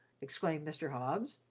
exclaimed mr. hobbs.